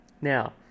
Now